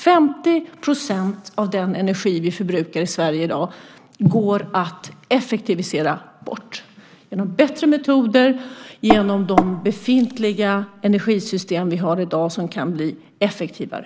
50 % av den energi vi förbrukar i Sverige i dag går att effektivisera bort genom bättre metoder och genom de befintliga energisystem vi har i dag som kan bli effektivare.